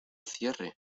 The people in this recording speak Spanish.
cierre